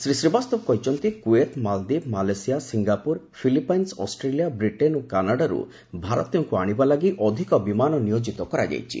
ଶ୍ରୀ ଶ୍ରୀବାସ୍ତବ କହିଛନ୍ତି Kuwait Maldives Malaysia Singapore Philippines Australia Britain କାନାଡାରୁ ଭାରତୀୟଙ୍କୁ ଆଶିବା ଲାଗି ଅଧିକ ବିମାନ ନିୟୋଜିତ କରାଯାଇଛି